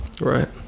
Right